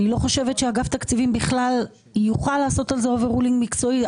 אני לא חושבת שאגף תקציבים יוכל לעשות על זה אובר רולינג מקצועי.